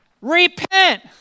repent